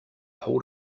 hold